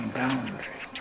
boundary